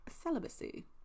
celibacy